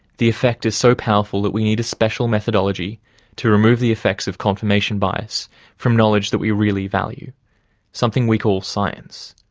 the effect is so powerful that we need a special methodology to remove the effects of confirmation bias from knowledge that we really value something we call science.